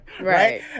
Right